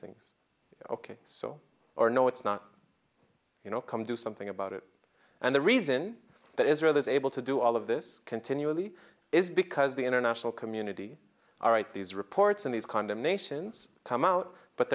things ok so or no it's not you know come do something about it and the reason that israel is able to do all of this continually is because the international community all right these reports and these condemnations come out but